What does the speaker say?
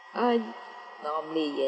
I'm normally ya